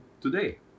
today